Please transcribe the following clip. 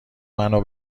منو